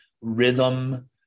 rhythm